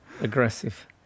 Aggressive